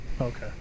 Okay